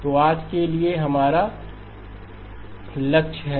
तो आज के लिए यही हमारा लक्ष्य है